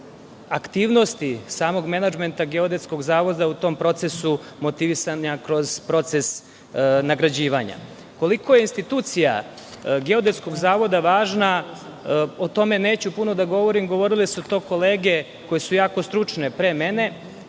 aktivnosti samog menadžmenta Geodetskog zavoda u tom procesu motivisanja kroz proces nagrađivanja. Koliko je institucija Geodetskog zavoda važna neću puno da govorim, govorile su to kolege koje su jako stručne pre mene,